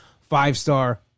Five-star